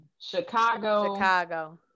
Chicago